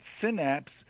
synapse